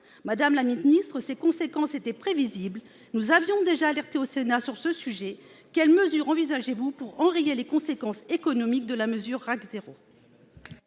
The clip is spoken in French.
Madame la ministre, ces conséquences étaient prévisibles. Nous avions déjà alerté, au Sénat, sur ce sujet. Quelles mesures envisagez-vous pour enrayer les conséquences économiques de la mesure RAC 0 ?